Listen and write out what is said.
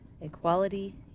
equality